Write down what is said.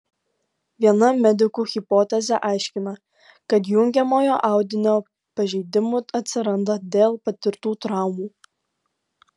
viena medikų hipotezė aiškina kad jungiamojo audinio pažeidimų atsiranda dėl patirtų traumų